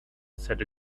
said